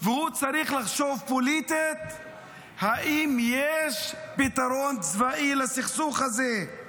והוא צריך לחשוב פוליטית אם יש פתרון צבאי לסכסוך הזה.